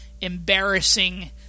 embarrassing